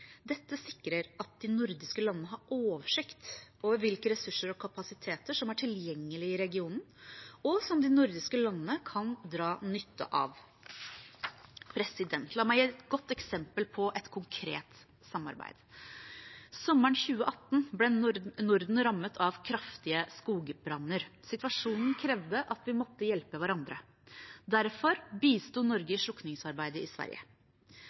Dette sikrer at de nordiske landene har oversikt over hvilke ressurser og kapasiteter som er tilgjengelige i regionen, og som de nordiske landene kan dra nytte av. La meg gi et godt eksempel på konkret samarbeid. Sommeren 2018 ble Norden rammet av kraftige skogbranner. Situasjonen krevde at vi måtte hjelpe hverandre. Derfor bisto Norge i slukningsarbeidet i Sverige.